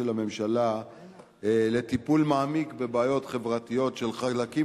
הממשלה לטפל טיפול מעמיק בבעיות חברתיות של חלקים